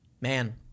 man